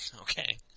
Okay